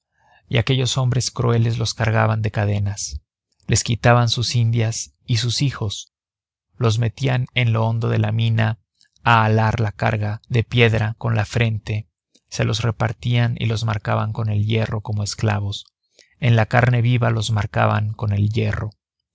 y aquellos hombres crueles los cargaban de cadenas les quitaban sus indias y sus hijos los metían en lo hondo de la mina a halar la carga de piedra con la frente se los repartían y los marcaban con el hierro como esclavos en la carne viva los marcaban con el hierro